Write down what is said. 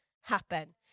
happen